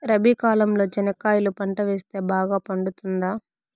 రబి కాలంలో చెనక్కాయలు పంట వేస్తే బాగా పండుతుందా?